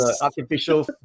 artificial